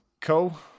Cool